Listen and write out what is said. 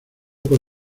por